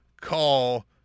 call